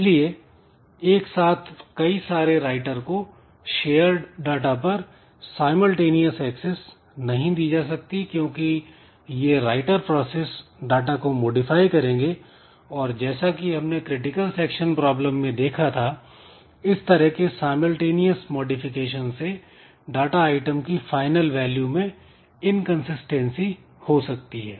इसलिए एक साथ कई सारे राइटर को शेयर्ड डाटा पर सायमलटेनियस एक्सेस नहीं दी जा सकती क्योंकि यह राइटर प्रोसेस डाटा को मॉडिफाई करेंगे और जैसा कि हमने क्रिटिकल सेक्शन प्रॉब्लम में देखा था इस तरह के सायमलटेनियस मॉडिफिकेशन से डाटा आइटम की फाइनल वैल्यू में इनकंसिस्टेंसी हो सकती है